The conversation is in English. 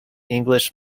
english